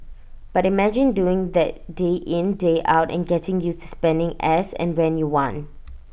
but imagine doing that day in day out and getting used to spending as and when you want